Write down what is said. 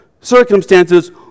circumstances